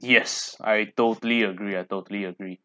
yes I totally agree I totally agree